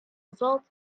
results